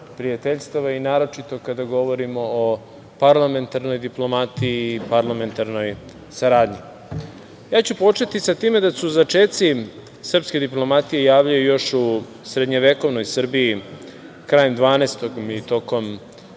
prijateljstava i naročito kada govorimo o parlamentarnoj diplomatiji i parlamentarnoj saradnji. Ja ću početi sa tim da se začeci srpske diplomatije javljaju još u srednjevekovnoj Srbiji, krajem 12. i tokom